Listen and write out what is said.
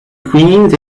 queens